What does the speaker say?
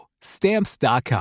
Stamps.com